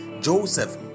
Joseph